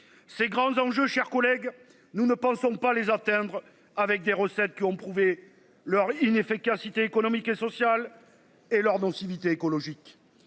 Ces grands enjeux, chers collègues, nous ne pensons pas les atteindre avec des recettes qui ont prouvé leur, il ne fait qu'inciter économique et social et leur nocivité écologique